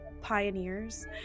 pioneers